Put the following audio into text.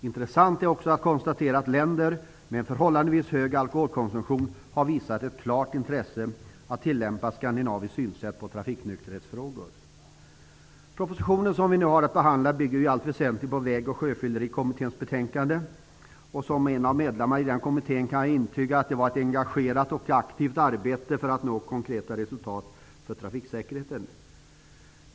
Intressant är också att konstatera att länder med en förhållandevis hög alkoholkonsumtion har visat ett klart intresse för att tillämpa ett skandinaviskt synsätt på trafiknykterhetsfrågor. Den proposition som vi nu har att behandla bygger i allt väsentligt på Väg och sjöfyllerikommitténs betänkande. Som en av medlemmarna i den kommittén kan jag intyga att den bedrev ett engagerat och aktivt arbete för att nå konkreta resultat för trafiksäkerheten.